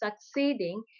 succeeding